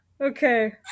Okay